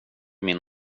min